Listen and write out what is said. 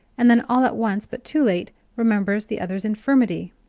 and then, all at once but too late, remembers the other's infirmity.